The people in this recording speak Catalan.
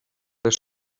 les